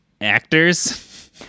actors